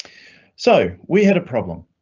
so we had a problem.